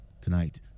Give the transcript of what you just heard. tonight